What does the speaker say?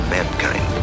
Mankind